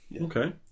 Okay